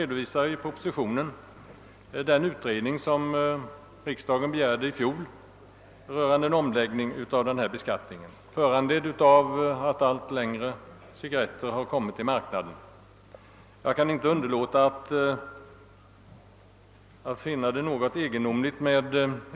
Jag kan i detta sammanhang inte underlåta att påpeka att jag finner utskottets uttalande på s. 14 i utlåtandet något egendomligt.